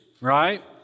right